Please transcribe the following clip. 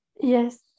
Yes